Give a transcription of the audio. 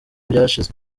byashize